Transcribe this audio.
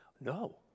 No